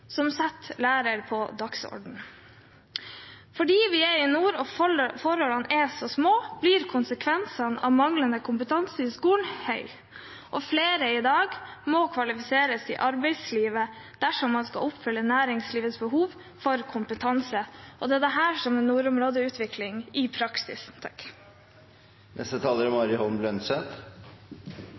som setter lærerne på dagsordenen. Fordi vi er i nord og forholdene er så små, blir konsekvensene av manglende kompetanse i skolen høy. Flere må i dag kvalifiseres i arbeidslivet dersom man skal oppfylle næringslivets behov for kompetanse. Det er dette som er nordområdeutvikling i praksis.